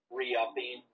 re-upping